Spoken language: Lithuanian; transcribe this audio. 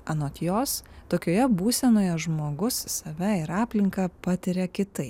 anot jos tokioje būsenoje žmogus save ir aplinką patiria kitaip